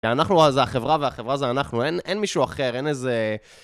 ואנחנו זה החברה והחברה זה אנחנו, אין מישהו אחר, אין איזה...